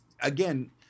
again